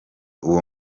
uwo